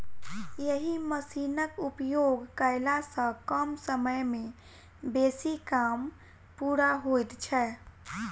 एहि मशीनक उपयोग कयला सॅ कम समय मे बेसी काम पूरा होइत छै